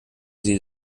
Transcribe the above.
sie